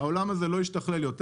העולם הזה לא השתכלל יותר.